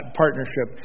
partnership